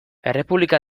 errepublika